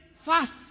first